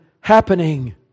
happening